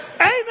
Amen